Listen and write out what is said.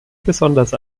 besonders